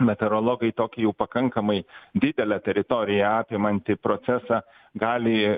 meteorologai tokį jau pakankamai didelę teritoriją apimantį procesą gali